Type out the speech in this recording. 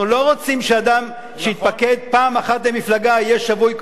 אנחנו לא רוצים שאדם שהתפקד פעם אחת למפלגה יהיה שבוי.